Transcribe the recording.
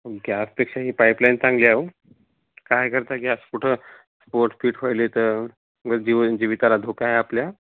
गॅसपेक्षा ही पाईपलाईन चांगली आहे अहो काय करता गॅस कुठं स्फोट फिट व्हयले तर जीव जीविताला धोका आहे आपल्या